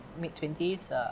mid-twenties